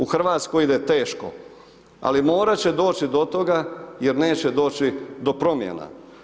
U Hrvatskoj ide teško, ali morat će doći do toga jer neće doći do promjena.